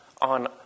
on